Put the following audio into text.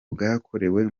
bwakorewe